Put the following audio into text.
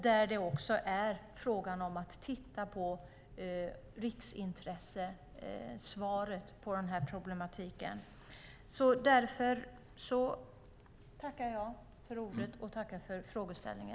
Man ska också titta på frågan om riksintresse.